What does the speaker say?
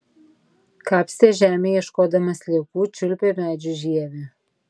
kapstė žemę ieškodama sliekų čiulpė medžių žievę